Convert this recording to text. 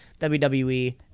WWE